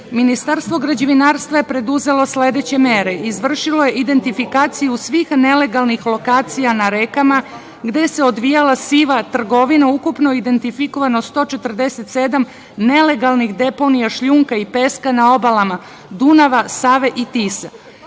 robe. Ministarstvo građevinarstva je preduzelo sledeće mere. Izvršilo je identifikaciju svih nelegalnih lokacija na rekama gde se odvijala siva trgovina, ukupno identifikovano 147 nelegalnih deponija šljunka i pesma na obalama Dunava, Save i Tise.